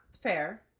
fair